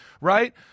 Right